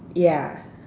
ya